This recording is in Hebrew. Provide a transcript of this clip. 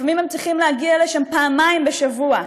לפעמים הם צריכים להגיע לשם פעמיים בשבוע.